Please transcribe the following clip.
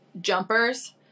jumpers